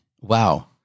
Wow